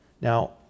Now